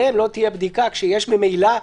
עליהם לא תהיה בדיקה כשיש ממילא,